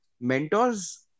mentors